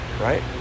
right